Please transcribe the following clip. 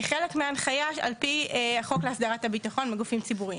כחלק מההנחיה על פי החוק להסדרת הביטחון בגופים ציבוריים.